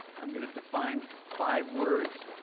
i'm going to define five words.